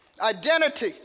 Identity